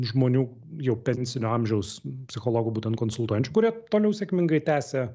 žmonių jau pensinio amžiaus psichologų būtent konsultančių kurie toliau sėkmingai tęsia